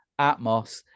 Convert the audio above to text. Atmos